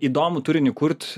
įdomų turinį kurt